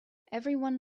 everyone